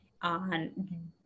on